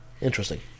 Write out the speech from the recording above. Interesting